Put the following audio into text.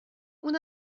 اون